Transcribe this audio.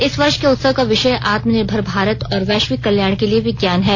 इस वर्ष के उत्सव का विषय आत्मनिर्भर भारत और वैश्विक कल्याण के लिए विज्ञान है